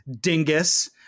dingus